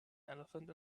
elephant